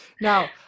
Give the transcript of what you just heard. Now